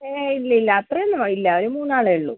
ഏയ് ഇല്ലില്ല അത്രയൊന്നും ഇല്ല ഒരു മൂന്നാളേ ഉള്ളൂ